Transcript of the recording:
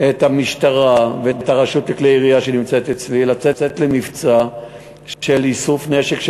את המשטרה ואת הרשות לכלי ירייה שנמצאת אצלי לצאת למבצע של איסוף נשק,